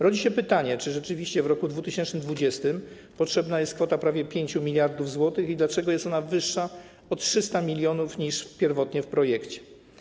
Rodzi się pytanie, czy rzeczywiście w roku 2020 potrzebna jest kwota prawie 5 mld zł i dlaczego jest ona wyższa o 300 mln niż pierwotnie w projekcie.